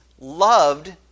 loved